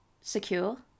secure